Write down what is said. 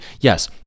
yes